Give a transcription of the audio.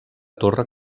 torre